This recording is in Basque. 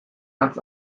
antz